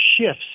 shifts